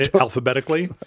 alphabetically